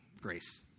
grace